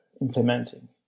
implementing